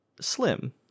Slim